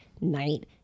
night